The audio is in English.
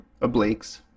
Obliques